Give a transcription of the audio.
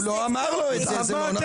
אני לא אתן לך להמשיך.